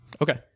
okay